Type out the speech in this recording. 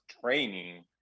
training